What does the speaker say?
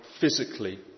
physically